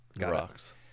rocks